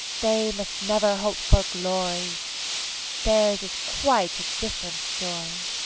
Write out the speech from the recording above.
they must never hope for glory theirs is quite a different story!